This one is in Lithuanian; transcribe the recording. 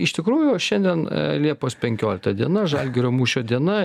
iš tikrųjų šiandien liepos penkiolikta diena žalgirio mūšio diena